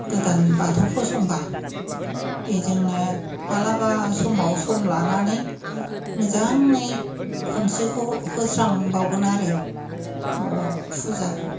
गोदान बाथौ फसंबा बेजोंनो माब्लाबा समाव सम लानानै मोजाङै खनसेखौ होस्रांबावगोन आरो न'आव फुजा